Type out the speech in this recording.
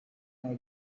night